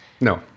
No